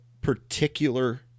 particular